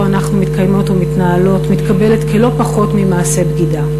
אנחנו מתקיימות ומתנהלות מתקבלת כלא פחות ממעשה בגידה.